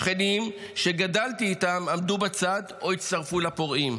השכנים שגדלתי איתם עמדו בצד או הצטרפו לפורעים.